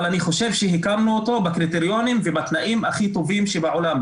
אבל אני חושב שהקמנו אותו בקריטריונים ובתנאים הכי טובים שבעולם.